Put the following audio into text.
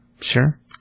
Sure